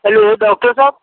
hello doctor Sahib